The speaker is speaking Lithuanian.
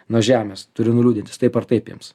nuo žemės turiu nuliūdint jis taip ar taip ims